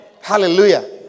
Hallelujah